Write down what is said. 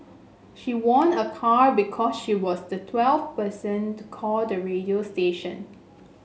she won a car because she was the twelfth person to call the radio station